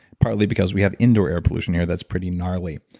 partly because we have indoor air pollution here that's pretty gnarly.